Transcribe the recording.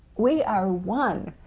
we are one!